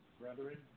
brethren